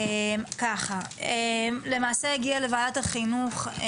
למעשה הגיע לוועדת החינוך.